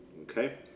okay